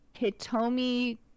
hitomi